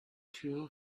two